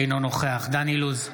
אינו נוכח דן אילוז,